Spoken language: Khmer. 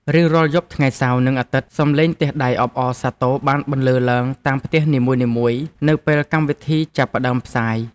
រៀងរាល់យប់ថ្ងៃសៅរ៍និងអាទិត្យ សំឡេងទះដៃអបអរសាទរបានបន្លឺឡើងតាមផ្ទះនីមួយៗនៅពេលកម្មវិធីចាប់ផ្តើមផ្សាយ។